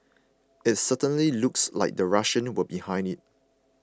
it certainly looks like the Russians were behind it